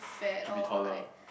keep it taller